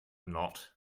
not